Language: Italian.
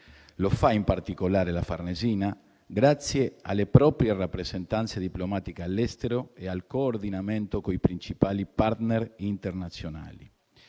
Lo fa in particolare la Farnesina grazie alle proprie rappresentanze diplomatiche all'estero e al coordinamento coi principali *partner* internazionali.